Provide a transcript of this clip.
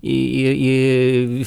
į į į